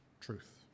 truth